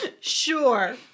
sure